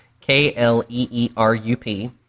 K-L-E-E-R-U-P